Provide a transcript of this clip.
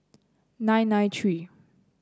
nine nine three